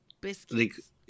biscuits